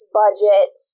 budget